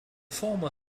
former